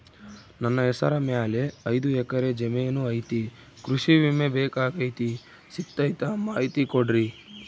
ನನ್ನ ಹೆಸರ ಮ್ಯಾಲೆ ಐದು ಎಕರೆ ಜಮೇನು ಐತಿ ಕೃಷಿ ವಿಮೆ ಬೇಕಾಗೈತಿ ಸಿಗ್ತೈತಾ ಮಾಹಿತಿ ಕೊಡ್ರಿ?